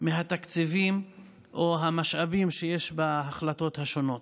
מהתקציבים או המשאבים שיש בהחלטות השונות.